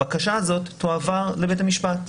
הבקשה הזאת תועבר לבית המשפט.